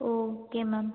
okay ma'am